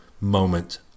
moment